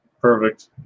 Perfect